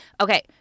Okay